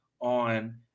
on